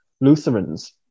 Lutherans